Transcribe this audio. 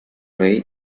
rey